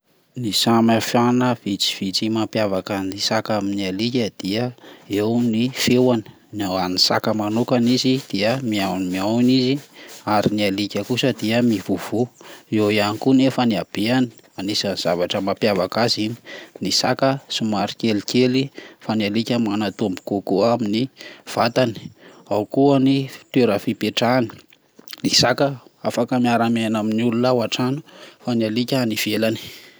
Ny samihafana vitsivitsy mampiavaka ny saka amin'ny alika dia, eo ny feoany raha hoan'ny saka manokana dia miao miaona izy ary ny alika kosa dia mivovoha, eo iany koa nefa ny habehany anisan'ny zavatra mampiavaka azy iny, ny saka somary kelikely fa ny alika manatombo kokoa amin'ny vatany, ao ko ny toera fimpetrahany ny saka afaka miara miaina amin'olona ao antrano fa ny alika any ivelany.